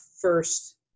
first